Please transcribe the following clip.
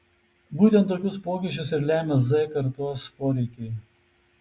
būtent tokius pokyčius ir lemia z kartos poreikiai